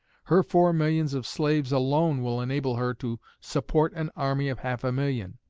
her four millions of slaves alone will enable her to support an army of half a million.